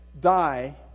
die